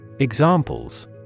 Examples